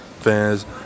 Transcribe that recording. fans